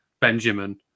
Benjamin